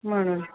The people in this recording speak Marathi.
म्हणून